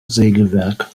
sägewerk